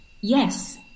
yes